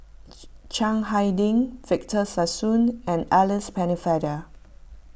Chiang Hai Ding Victor Sassoon and Alice Pennefather